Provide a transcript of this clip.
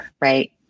right